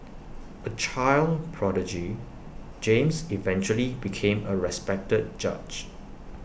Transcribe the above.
A child prodigy James eventually became A respected judge